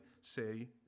say